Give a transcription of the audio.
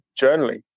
journaling